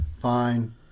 Fine